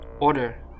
order